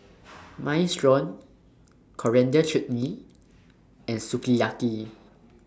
Minestrone Coriander Chutney and Sukiyaki